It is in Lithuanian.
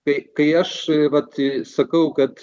kai kai aš vat sakau kad